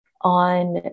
on